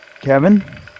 Kevin